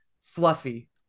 fluffy